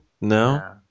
no